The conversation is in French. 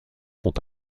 sont